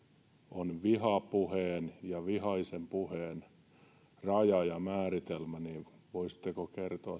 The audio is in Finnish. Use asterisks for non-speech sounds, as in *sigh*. on vihapuheen ja vihaisen puheen raja ja määritelmä voisitteko kertoa *unintelligible*